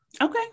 Okay